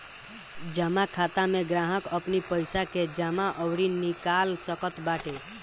जमा खाता में ग्राहक अपनी पईसा के जमा अउरी निकाल सकत बाटे